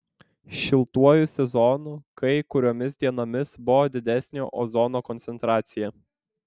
šiltuoju sezonu kai kuriomis dienomis buvo didesnė ozono koncentracija